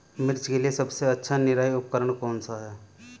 मिर्च के लिए सबसे अच्छा निराई उपकरण कौनसा है?